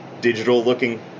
digital-looking